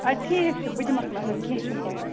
اَدٕ ٹھیٖک چھُ بہٕ دِمَکھ نظر کیٚنٛہہ چھُنہٕ پَرواے